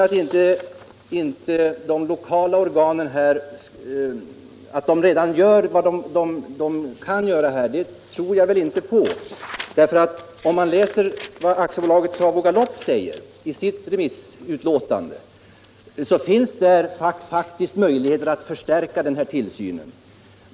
Att de lokala organen redan gör vad de kan tror jag inte. Om man läser vad AB Trav och Galopp säger i sitt remissutlåtande, konstaterar man att det finns möjlighet att förstärka tillsynen.